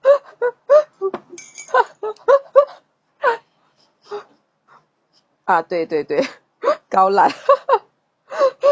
ah 对对对 gao lat